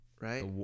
right